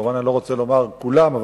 מובן שאני לא רוצה לומר על-ידי כולם,